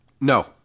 No